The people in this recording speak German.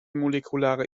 molekulare